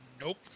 Nope